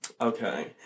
Okay